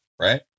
right